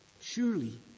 surely